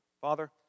Father